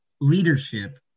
leadership